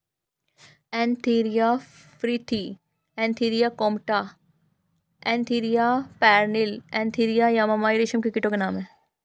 Antheraea frithi Antheraea compta Antheraea pernyi Antheraea yamamai रेशम के कीटो के नाम हैं